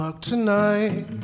Tonight